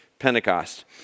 Pentecost